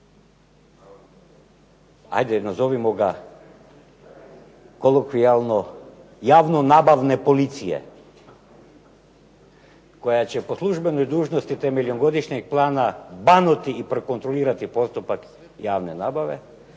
ajde nazovimo ga kolokvijalno "javno-nabavne policije" koja će po službenoj dužnosti temeljem godišnjeg plana banuti i prekontrolirati postupak javne nabave